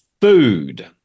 food